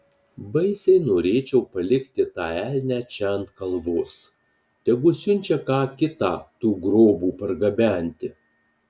baisiai norėčiau palikti tą elnią čia ant kalvos tegu siunčia ką kitą tų grobų pargabenti